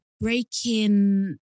breaking